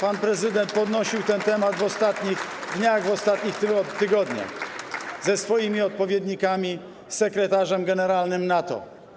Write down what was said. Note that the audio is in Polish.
Pan prezydent podnosił ten temat w ostatnich dniach, w ostatnich tygodniach, w każdym dniu ze swoimi odpowiednikami, sekretarzem generalnym NATO.